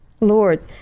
Lord